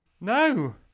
no